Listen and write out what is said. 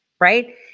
right